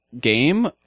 game